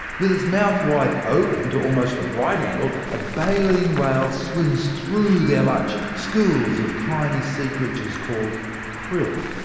with its mouth wide open to almost a right angle, a baleen whale swims through their lunch schools of tiny sea creatures called krill.